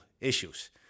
issues